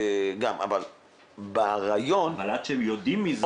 אבל ברעיון --- אבל עד שהם יודעים מזה,